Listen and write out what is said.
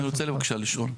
אני רוצה בבקשה לשאול.